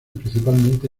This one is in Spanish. principalmente